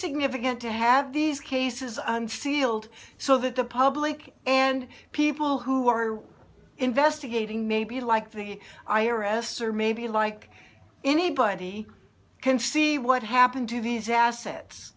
significant to have these cases on sealed so that the public and people who are investigating maybe like the i r s or maybe like anybody can see what happened to these assets